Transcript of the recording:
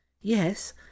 Yes